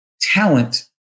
talent